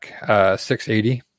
680